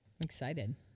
Excited